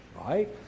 right